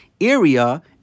area